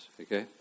okay